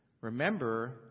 remember